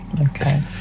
okay